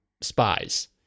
Spies